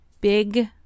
big